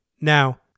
Now